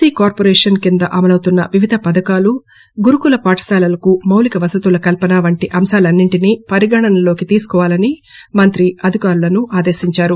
C corporation క్రింద అమలౌతున్న వివిధ పథకాలు గురుకుల పాఠశాలలకు మాలీక వసతుల కల్పన వంటి అంశాలన్నింటిని పరిగణనలోకి తీసుకోవాలని మంత్రి అధికారులను ఆదేశించారు